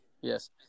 Yes